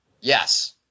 Yes